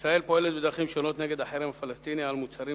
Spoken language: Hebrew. ישראל פועלת בדרכים שונות נגד החרם הפלסטיני על מוצרים